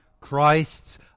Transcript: Christ's